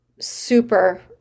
super